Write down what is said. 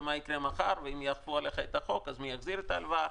ומה יקרה מחר ואם יהפכו עליך את החוק אז מי יחזיר את ההלוואה?